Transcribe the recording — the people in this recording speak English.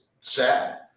sad